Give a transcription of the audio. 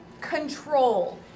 control